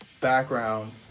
background